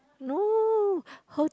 no her